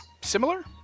similar